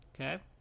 Okay